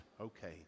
okay